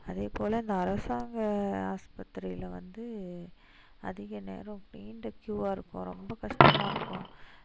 அதேபோல இந்த அரசாங்க ஆஸ்பத்திரியில் வந்து அதிக நேரம் நீண்ட கியூவாக இருக்கும் ரொம்ப கஷ்டமாக இருக்கும்